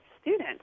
students